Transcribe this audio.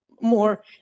more